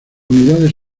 unidades